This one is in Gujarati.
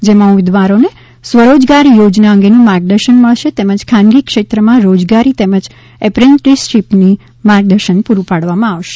જેમાં ઉમેદવારોને સ્વરોજગાર યોજના અંગેનું માર્ગદર્શન મળશે તેમજ ખાનગી ક્ષેત્રમાં રોજગારી તેમજ એપ્રેન્ટીસશીપ માટેનું માર્ગદર્શન પૂરું પાડવામાં આવશે